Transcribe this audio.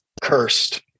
cursed